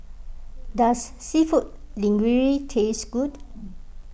does Seafood Linguine taste good